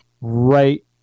right